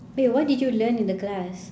wait what did you learn in the class